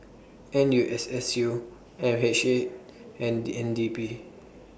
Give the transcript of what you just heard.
N U S S U L H A and N D P